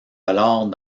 alors